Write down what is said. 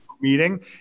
meeting